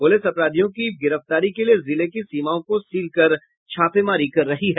police अपराधियों की गिरफ्तारी के लिए जिले की सीमाओं को सील कर छापेमारी कर रही है